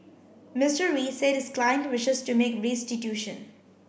Mister Wee said his client wishes to make restitution